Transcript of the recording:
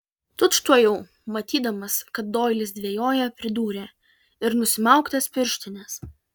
tučtuojau matydamas kad doilis dvejoja pridūrė ir nusimauk tas pirštines